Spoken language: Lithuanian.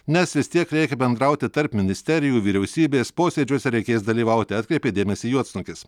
nes vis tiek reikia bendrauti tarp ministerijų vyriausybės posėdžiuose reikės dalyvauti atkreipė dėmesį juodsnukis